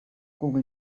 google